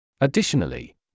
Additionally